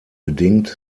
bedingt